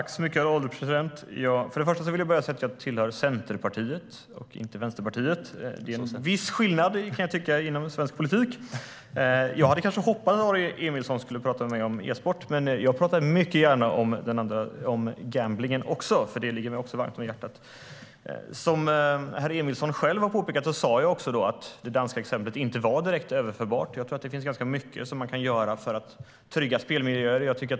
Herr ålderspresident! Jag vill börja med att säga att jag tillhör Centerpartiet och inte Vänsterpartiet. Det är en viss skillnad inom svensk politik. Som herr Emilsson själv har påpekat sa jag att det danska exemplet inte är direkt överförbart. Det finns ganska mycket som man kan göra för att trygga spelmiljöer.